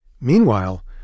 Meanwhile